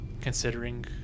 considering